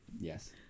Yes